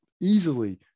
easily